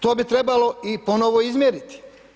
To bi trebalo i ponovo izmjeriti.